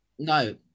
No